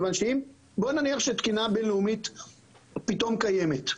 בוא נניח שתקינה בינלאומית פתאום קיימת,